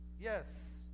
yes